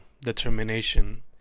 determination